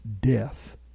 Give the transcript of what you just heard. death